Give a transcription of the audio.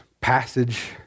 passage